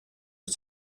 гэж